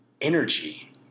energy